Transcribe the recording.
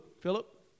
Philip